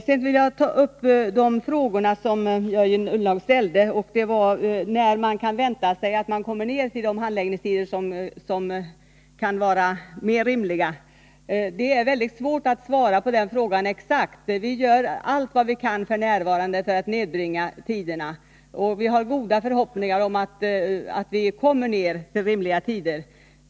Sedan vill jag ta upp de frågor som Jörgen Ullenhag ställde. Den ena frågan gällde när man kan vänta sig att handläggningstiderna har förkortats att de är mer rimliga. Det är väldigt svårt att svara exakt på den frågan. Vi gör allt vad vi kan f.n. för att nedbringa tiderna. och vi har goda förhoppningar om att komma ner till rimliga tider.